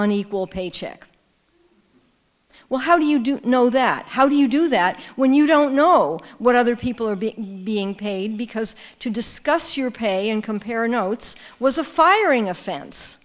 unequal pay check well how do you do know that how do you do that when you don't know what other people are being being paid because to discuss your pay and compare notes was a firing offen